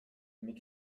mais